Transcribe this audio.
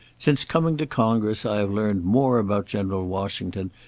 since coming to congress i have learned more about general washington,